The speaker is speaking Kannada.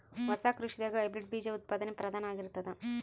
ಹೊಸ ಕೃಷಿದಾಗ ಹೈಬ್ರಿಡ್ ಬೀಜ ಉತ್ಪಾದನೆ ಪ್ರಧಾನ ಆಗಿರತದ